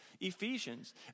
Ephesians